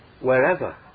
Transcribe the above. wherever